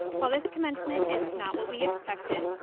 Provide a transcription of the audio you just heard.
while this commencement is not what we expected,